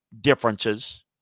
differences